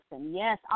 Yes